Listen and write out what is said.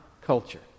culture